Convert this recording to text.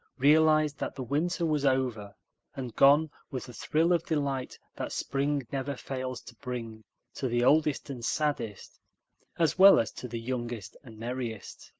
realized that the winter was over and gone with the thrill of delight that spring never fails to bring to the oldest and saddest as well as to the youngest and merriest.